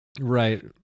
right